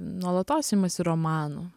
nuolatos imasi romanų